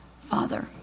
Father